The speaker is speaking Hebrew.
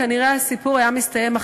כנראה הסיפור היה מסתיים אחרת.